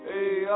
Hey